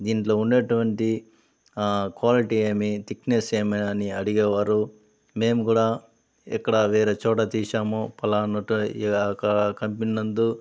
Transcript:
దీనిలో ఉన్నటువంటి క్వాలిటీ ఏమి తిక్నెస్ ఏమి అని అడిగేవారు మేము కూడ ఇక్కడ వేరేచోట తీసాము పలానా ఈ అక్కడ కంపెనీ నందు